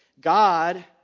God